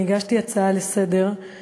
אני הגשתי הצעה לסדר-היום,